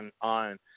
on –